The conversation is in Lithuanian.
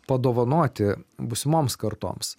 padovanoti būsimoms kartoms